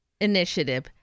initiative